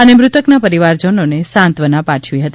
અને મૃતકના પરિવારજનોને સાત્વનાં પાઠવી હતી